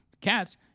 Cats